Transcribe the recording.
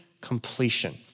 completion